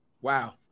wow